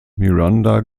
miranda